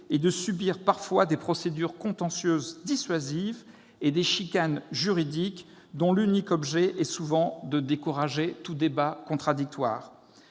et de subir parfois des procédures contentieuses dissuasives et des chicanes juridiques, dont l'unique objet est souvent de décourager tout débat contradictoire.